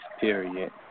period